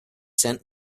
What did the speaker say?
sent